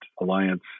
Alliance